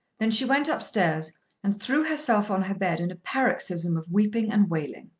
then she went up-stairs and threw herself on her bed in a paroxysm of weeping and wailing.